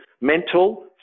mental